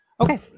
Okay